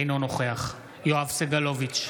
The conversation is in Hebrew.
אינו נוכח יואב סגלוביץ'